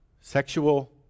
sexual